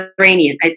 Iranian